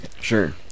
Sure